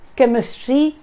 Chemistry